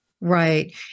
Right